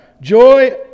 Joy